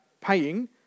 paying